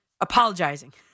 apologizing